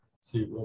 see